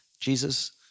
Jesus